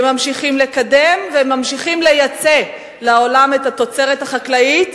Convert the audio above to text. הם ממשיכים לקדם והם ממשיכים לייצא לעולם את התוצרת החקלאית,